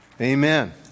Amen